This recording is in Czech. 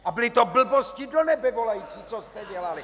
A byly to blbosti do nebe volající, co jste dělali!